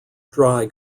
dry